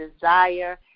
desire